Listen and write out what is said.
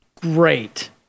great